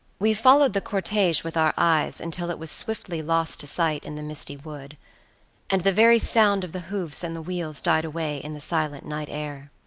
we followed the cortege with our eyes until it was swiftly lost to sight in the misty wood and the very sound of the hoofs and the wheels died away in the silent night air.